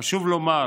חשוב לומר